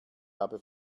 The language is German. habe